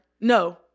no